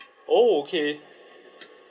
oh okay